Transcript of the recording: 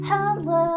Hello